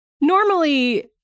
Normally